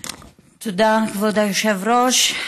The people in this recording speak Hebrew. תודה, כבוד היושב-ראש.